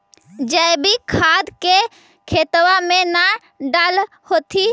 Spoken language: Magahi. जैवीक खाद के खेतबा मे न डाल होथिं?